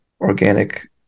organic